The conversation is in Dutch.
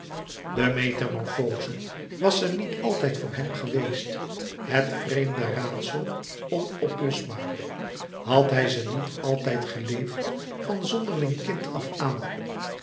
metamorfoze was ze niet altijd voor hem geweest het vreemde raadsel onoplosbaar had hij ze niet altijd geleefd van zonderling kind af aan